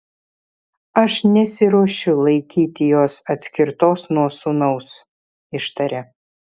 aš nesiruošiu laikyti jos atskirtos nuo sūnaus ištaria